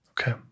Okay